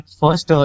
first